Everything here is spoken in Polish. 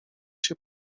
się